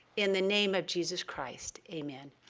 in the name of jesus christ, amen.